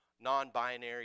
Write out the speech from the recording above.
non-binary